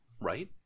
right